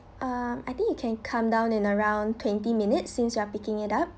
um I think you can come down in around twenty minutes since you are picking it up